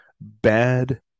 bad